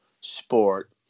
sport